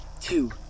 two